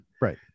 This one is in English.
right